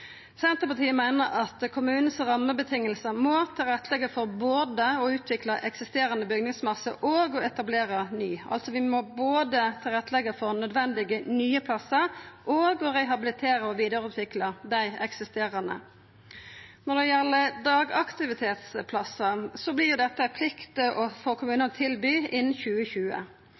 Senterpartiet meiner at rammevilkåra for kommunane må leggja til rette både for å utvikla eksisterande bygningsmasse og å etablera ny – altså at vi både må leggja til rette for nødvendige nye plassar og å rehabilitera og vidareutvikla dei eksisterande. Når det gjeld dagaktivitetsplassar, vert det ei plikt for kommunane å tilby dette innan 2020.